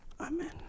amen